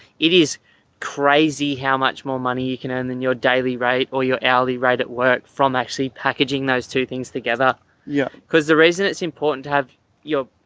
it is crazy how much more money you can end in your daily rate or your alley, right at work, from actually packaging those two things together yeah because the reason it's important to have your,